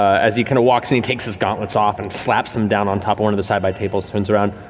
as he kind of walks and he takes his gauntlets off and slaps them down on top of one of the side by tables, turns around,